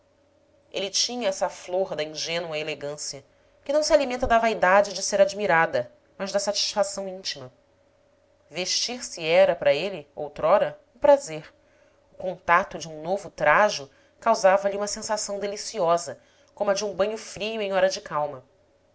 ele tinha essa flor da ingênua elegância que não se alimenta da vaidade de ser admirada mas da satisfação íntima vestir-se era para ele outrora um prazer o contato de um novo trajo causava-lhe uma sensação deliciosa como a de um banho frio em hora de calma